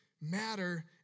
matter